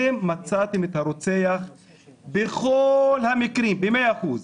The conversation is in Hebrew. ואתם מצאתם את הרוצח בכל המקרים, ב-100%.